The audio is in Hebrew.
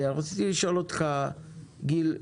רציתי לשאול אותך, גיל,